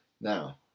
Now